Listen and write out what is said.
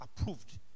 approved